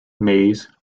maize